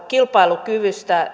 kilpailukyvystä